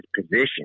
position